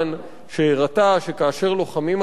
שהראתה שכאשר לוחמים על עקרונות,